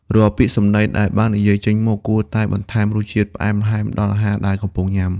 រាល់ពាក្យសម្ដីដែលបាននិយាយចេញមក គួរតែបន្ថែមរសជាតិផ្អែមល្ហែមដល់អាហារដែលកំពុងញ៉ាំ។